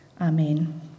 Amen